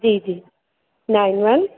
जी जी नाएन वन